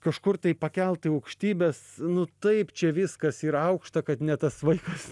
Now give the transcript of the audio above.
kažkur tai pakeltą į aukštybes nu taip čia viskas yra aukšta kad net tas vaikas